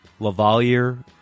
Lavalier